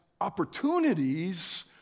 opportunities